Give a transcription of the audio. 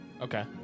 Okay